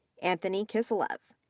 anthony kiselev,